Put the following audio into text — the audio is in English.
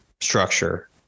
structure